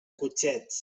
cotxets